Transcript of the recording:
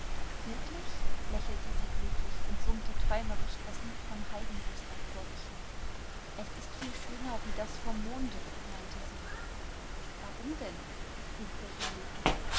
wirklich lächelte sie glücklich und summte träumerisch das lied vom heidenröslein vor sich hin es ist viel schöner wie das vom monde meinte sie warum denn frug der jüngling